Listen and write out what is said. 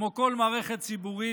כמו כל מערכת ציבורית,